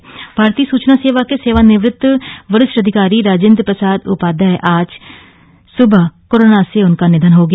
निधन भारतीय सूचना सेवा के सेवानिवृत वरिष्ठ अधिकारी राजेन्द्र प्रसाद उपाध्याय का आज सुबह कोरोना संक्रमण से निधन हो गया